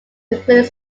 include